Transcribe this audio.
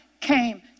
came